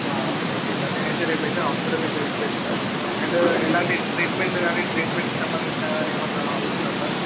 ఆ okay sir నేను అయితే రేపు అయితే హాస్పిటల్ని అయితే విజిట్ అవుతాను అండ్ ఎలాంటి ట్రీట్మెంట్ కానీ ట్రీట్మెంటుకి సంబంధించిన కానీ ఏమైనా అవుతుందా సార్